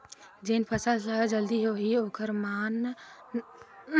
जेन फसल जल्दी होथे ओखर नाम बतावव?